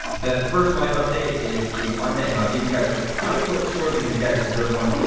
that first life update is the apartment and i'll give you guys a quick, quick tour because you guys deserve one.